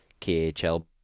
KHL